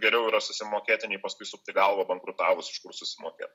geriau yra susimokėti nei paskui sukti galvą bankrutavus iš kur susimokėt